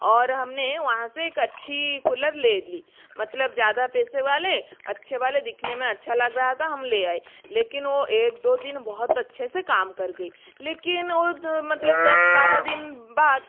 और हमने वहाँ से एक अच्छी कूलर ले ली मतलब ज़्यादा पेसे वाले अच्छे वाले दिखने में अच्छा लगा रहा था हम ले आए लेकिन वो एक दो दिन बहुत अच्छे से काम कर गई लेकिन मतलब दस बारह दिन बाद